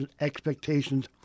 expectations